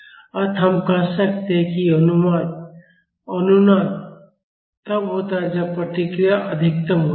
अतः हम कह सकते हैं कि अनुनाद तब होता है जब प्रतिक्रिया अधिकतम होती है